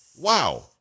Wow